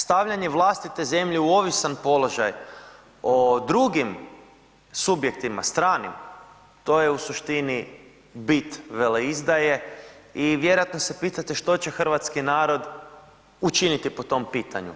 Stavljanje vlastite zemlje u ovisan položaj o drugim subjektima, stranim, to je u suštini bit veleizdaje i vjerojatno se pitate što će hrvatski narod učiniti po tom pitanju.